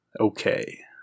Okay